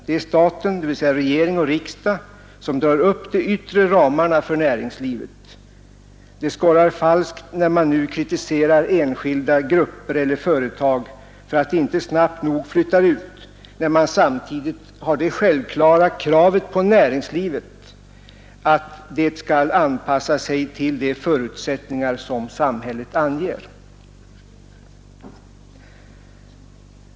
Det är staten, dvs. regering och riksdag, som drar upp de yttre ramarna för näringslivet. Det skorrar falskt när man nu kritiserar enskilda grupper eller företag för att de inte snabbt nog flyttar ut, när man samtidigt har det självklara kravet på näringslivet att det skall anpassa sig till de förutsättningar som samhället anger.